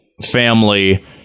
family